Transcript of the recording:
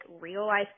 real-life